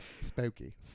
Spooky